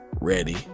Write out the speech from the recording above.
ready